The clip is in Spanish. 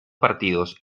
partidos